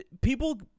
people